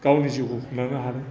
गावनि जिउखौ खुंलांनो हादों